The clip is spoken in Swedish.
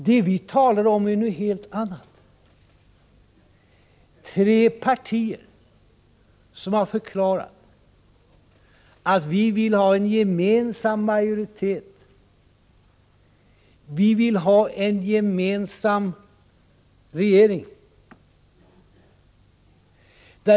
Det vi har talat om är någonting helt annat. Tre partier har förklarat: Vi vill ha en gemensam majoritet, vi vill ha en gemensam regering.